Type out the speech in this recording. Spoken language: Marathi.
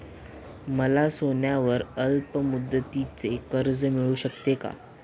मला सोन्यावर अल्पमुदतीचे कर्ज मिळू शकेल का?